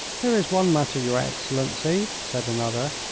there is one matter, your excellency, said another.